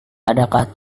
adakah